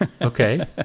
Okay